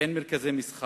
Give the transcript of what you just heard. אין מרכזי מסחר,